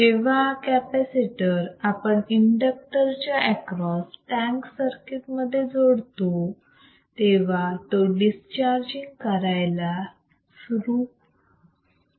जेव्हा हा कॅपॅसिटर आपण इंडक्टर च्या एक्रॉस टॅंक सर्किट मध्ये जोडतो तेव्हा तो डिसचार्जिंग करायला सुरू करतो